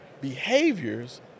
behaviors